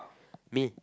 me